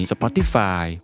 Spotify